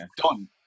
done